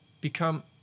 become